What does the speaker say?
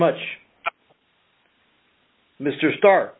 much mr star